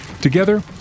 Together